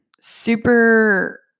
super